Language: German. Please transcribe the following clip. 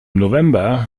november